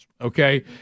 Okay